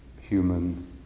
human